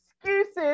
excuses